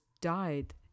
died